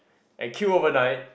and queue overnight